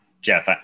Jeff